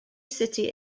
city